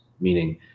meaning